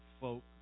folk